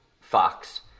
Fox